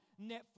Netflix